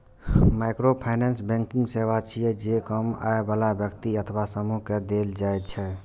microfinance banking सेवा छियै, जे कम आय बला व्यक्ति अथवा समूह कें देल जाइ छै